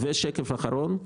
השקף האחרון הוא